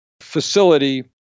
facility